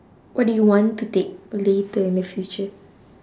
what do you want to take later in the future